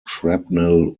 shrapnel